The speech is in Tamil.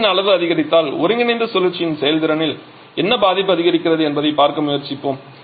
XA வின் அளவு அதிகரித்தால் ஒருங்கிணைந்த சுழற்சியின் செயல்திறனில் என்ன பாதிப்பு அதிகரிக்கிறது என்பதைப் பார்க்க முயற்சிப்போம்